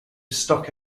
stock